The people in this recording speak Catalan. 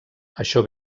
això